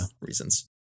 reasons